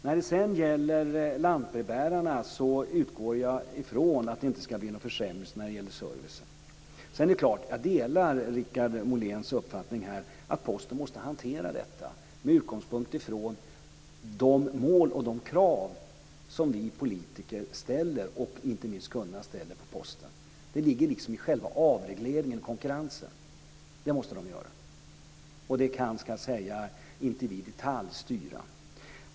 När det sedan gäller lantbrevbärarna utgår jag från att det inte ska bli någon försämring när det gäller servicen. Jag delar Per-Richard Moléns uppfattning här att Posten måste hantera detta med utgångspunkt i de mål och krav som vi politiker och inte minst kunderna ställer på Posten. Det ligger liksom i själva avregleringen och konkurrensen. Och det kan inte vi detaljstyra.